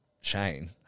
Shane